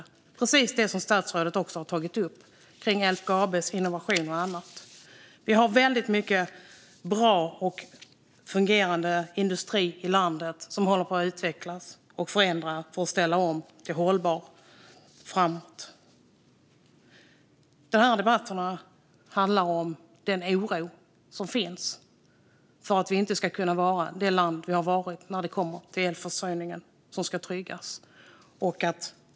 Det är precis det som statsrådet också har tagit upp kring LKAB:s innovation och annat. Vi har väldigt mycket bra och fungerande industri i landet som håller på att utvecklas, förändras och ställa om till hållbar utveckling framåt. De här debatterna handlar om den oro som finns för att Sverige inte ska kunna vara det land vi har varit när det kommer till elförsörjningen, som ska tryggas.